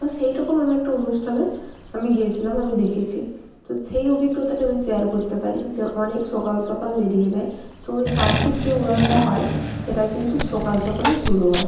তো সেইরকম আমি একটা অনুষ্ঠানে আমি গেছিলাম আমি দেখেছি তো সেই অভিজ্ঞতাটা আমি শেয়ার করতে পারি যে অনেক সকাল সকাল বেরিয়ে যাই তো ওই পাখির যে উড়ানটা হয় সেটায় কিন্তু সকাল সকালই শুরু হয়